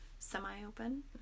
semi-open